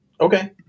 Okay